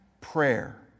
prayer